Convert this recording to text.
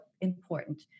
important